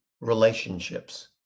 relationships